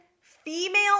female